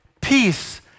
peace